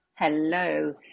Hello